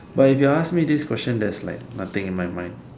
but if you ask me this question there is like nothing in my mind